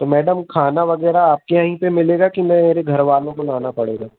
तो मैडम खाना वग़ैरह आपके वहीं पर मिलेगा कि मैं मेरे घरवालों को लाना पड़ेगा